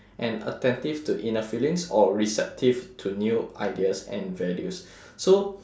and attentive to inner feelings or receptive to new ideas and values so